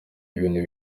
ibintu